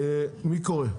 מי קורא?